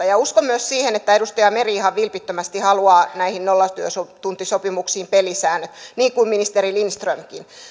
ja ja uskon myös siihen että edustaja meri ihan vilpittömästi haluaa näihin nollatuntisopimuksiin pelisäännöt niin kuin ministeri lindströmkin